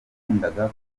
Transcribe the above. yakundaga